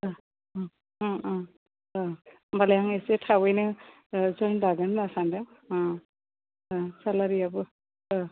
होमब्लालाय आं एसे थाबैनो जयन जागोन होनना सान्दों अ अ सेलारियाबो